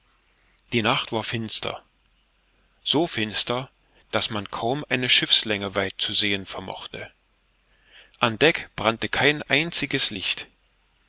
die nacht war finster so finster daß man kaum eine schiffslänge weit zu sehen vermochte an deck brannte kein einziges licht